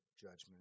judgment